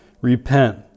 repent